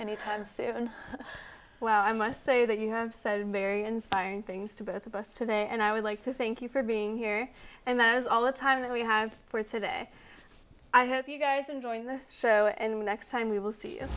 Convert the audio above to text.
anytime soon well i must say that you have said merry inspiring things to both of us today and i would like to thank you for being here and i was all the time that we have for today i hope you guys enjoying this show and next time we will see i